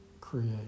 create